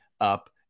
up